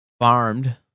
farmed